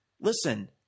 listen –